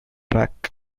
track